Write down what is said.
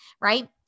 right